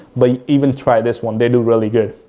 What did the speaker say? but even try this one they do really good.